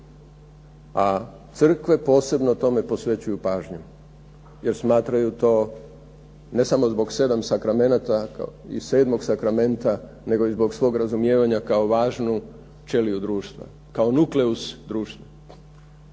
a crkve posebno tome posvećuju pažnju jer smatraju to ne samo zbog sedmog sakramenta nego zbog svog razumijevanja kao važnu ćeliju društva kao nukleus društva.